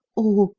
oh,